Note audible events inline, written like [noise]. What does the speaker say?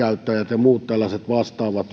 ja muut tällaiset vastaavat [unintelligible]